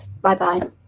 Bye-bye